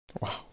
Wow